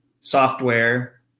software